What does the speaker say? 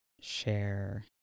share